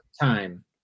Time